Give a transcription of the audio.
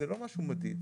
קודם כל, תודה.